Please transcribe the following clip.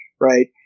right